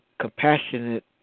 Compassionate